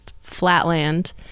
flatland